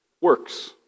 works